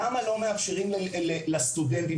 למה לא מאפשרים לסטודנטים,